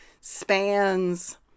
spans